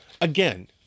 again